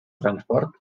transport